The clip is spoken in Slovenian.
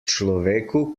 človeku